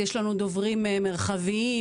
יש לנו דוברים מרחביים,